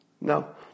No